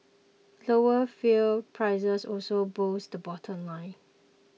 lower fuel prices also boosted the bottom line